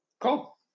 Cool